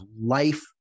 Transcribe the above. life